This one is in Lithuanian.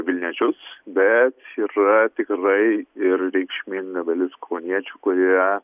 vilniečius bet yra tikrai ir reikšminga dalis kauniečių kurie